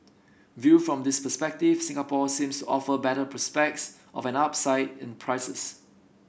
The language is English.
viewed from this perspective Singapore seems to offer better prospects of an upside in prices